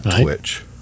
Twitch